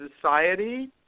society